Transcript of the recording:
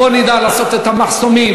בוא נדע לעשות את המחסומים.